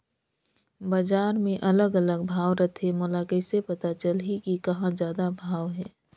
बजार मे अलग अलग भाव रथे, मोला कइसे पता चलही कि कहां जादा भाव हे?